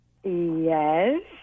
Yes